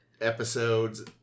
episodes